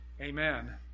Amen